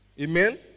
Amen